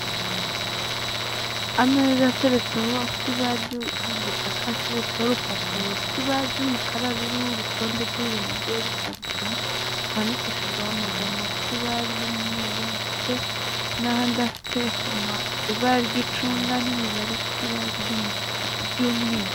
Ameza ateretseho ateretseho afite ibara ry'igitaka ateretseho urupapuro rufite ibara ry'umukara, ruriho urutonde rw'ibintu bigiye bitandukanye, rwandikishijweho amagambo afite ibara ry'umweru, ndetse n'andi afite ibara ry'icunga n'imibare ifite ibara ry'umuka ry'umweru.